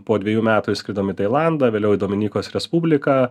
po dviejų metų išskridom į tailandą vėliau į dominykos respubliką